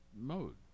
Mode